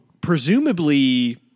presumably